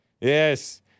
Yes